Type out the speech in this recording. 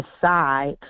decide